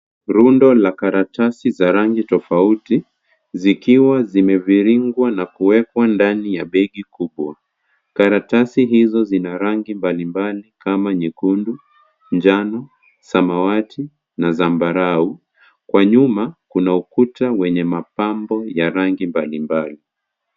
Rundo la karatasi za rangi tofauti zikiwa zimeviringwa na kuwekwa ndani ya begi kubwa. Karatasi hizo zina rangi mbalimbali kama nyekundu, njano, samawati na zambarau. Kwa nyuma kuna ukuta wenye mapambo ya rangi mbalimbali.